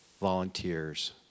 volunteers